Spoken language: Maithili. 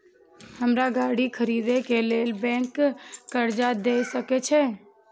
हमरा गाड़ी खरदे के लेल बैंक कर्जा देय सके छे?